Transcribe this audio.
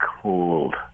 cold